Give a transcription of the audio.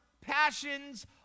passions